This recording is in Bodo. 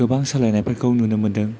गोबां सोलायनायफोरखौ नुनो मोन्दों